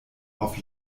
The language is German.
auf